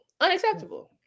Unacceptable